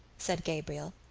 said gabriel.